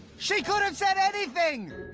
she could've said anything!